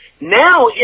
Now